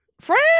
Friend